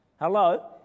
Hello